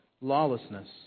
lawlessness